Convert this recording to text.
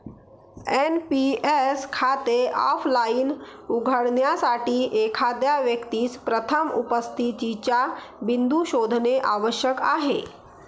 NPS खाते offline उघडण्यासाठी, एखाद्या व्यक्तीस प्रथम उपस्थितीचा बिंदू शोधणे आवश्यक आहे